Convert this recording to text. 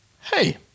hey